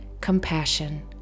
compassion